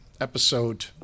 episode